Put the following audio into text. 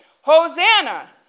Hosanna